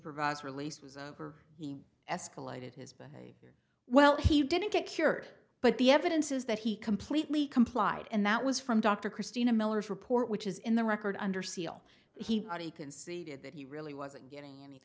supervised release was escalated his brother well he didn't get cured but the evidence is that he completely complied and that was from dr christina miller's report which is in the record under seal he already conceded that he really wasn't getting any